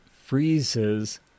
freezes